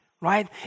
right